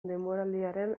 denboraldiaren